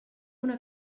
una